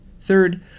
Third